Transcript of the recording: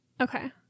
Okay